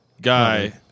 guy